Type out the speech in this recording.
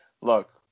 Look